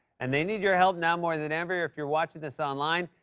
and they need your help now more than ever. if you're watching this online,